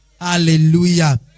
Hallelujah